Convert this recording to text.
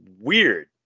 weird